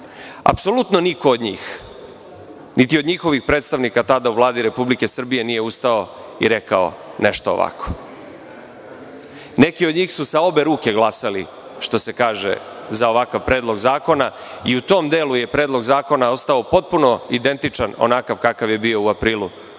Apsolutno niko od njih, niti od njihovih predstavnika tada u Vladi Republike Srbije nije ustao i rekao nešto ovako. Neki od njih su sa obe ruke glasali, što se kaže, za ovakav Predlog zakona i u tom delu je Predlog zakona ostao potpuno identičan onakav kakav je bio u aprilu